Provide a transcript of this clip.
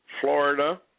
Florida